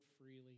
freely